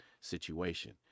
situation